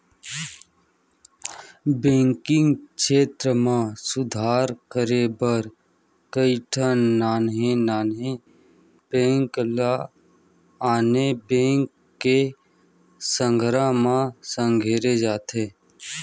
banking छेत्र म सुधार करे बर कइठन नान्हे नान्हे बेंक ल आने बेंक के संघरा म संघेरे जाथे